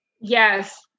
Yes